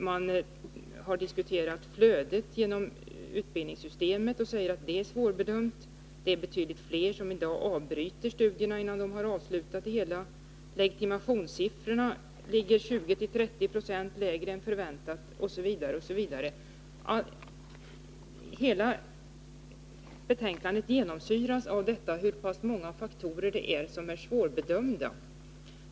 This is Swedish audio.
Man har diskuterat flödet genom utbildningssystemet, och man säger att det är svårt att göra en bedöming. Betydligt fler avbryter i dag sina studier före avslutad utbildning. När det gäller legitimationen ligger siffrorna 20-30 90 lägre än förväntat osv. Hela betänkandet genomsyras av att många faktorer är svårbedömda.